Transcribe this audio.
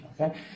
okay